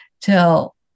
till